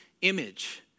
image